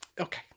Okay